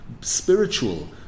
spiritual